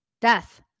death